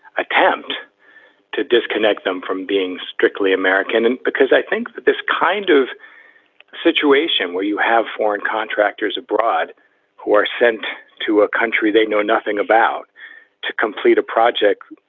attempt to disconnect them from being strictly american, because i think that this kind of situation where you have foreign contractors abroad who are sent to a country they know nothing about to complete a project.